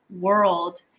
world